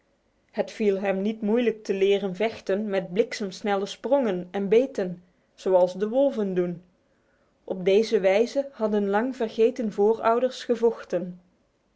het viel hem niet moeilijk te leren vechten met bliksemsnelle sprongen en beten zoals de wolven doen op deze wijze hadden lang vergeten voorouders gevochten